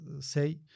say